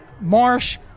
marsh